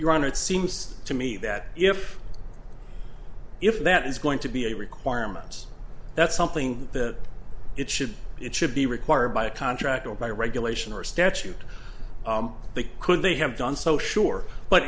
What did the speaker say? it seems to me that if if that is going to be a requirements that's something that it should it should be required by a contract or by regulation or statute they could they have done so sure but